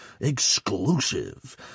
Exclusive